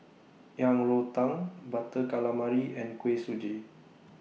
Yang Rou Tang Butter Calamari and Kuih Suji